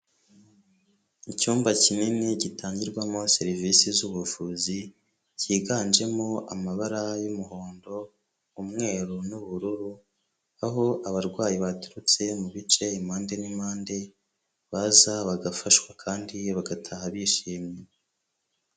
Icyumba kinini gitangirwamo serivise z'ubuvuzi cyiganjemo amabara y'umuhondo, umweru n'ubururu, aho abarwayi baturutse mu bice impande n'impande baza bagafashwa kandi bagataha bishimye.